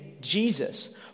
Jesus